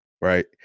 Right